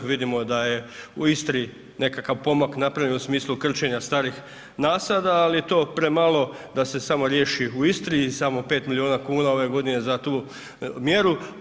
Vidimo da je u Istri nekakav pomak napravljen u smislu krčenja starih nasada ali je to premalo da se samo riješi u Istri i samo 5 milijuna kuna ove godine za tu mjeru.